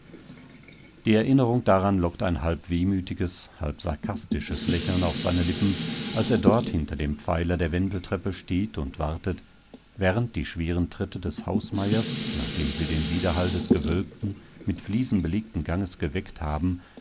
die erinnerung daran lockt ein halb wehmütiges halb sarkastisches lächeln auf seine lippen als er dort hinter dem pfeiler der wendeltreppe steht und wartet während die schweren schritte des hausmeiers nachdem sie den widerhall des gewölbten mit fliesen belegten ganges geweckt haben